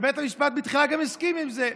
בית המשפט בתחילה גם הסכים עם זה.